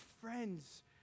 friends